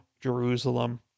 Jerusalem